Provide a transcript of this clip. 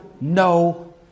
no